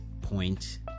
point